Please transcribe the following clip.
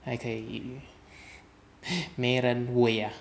还可以游美人尾 ah